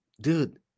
Dude